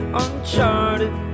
uncharted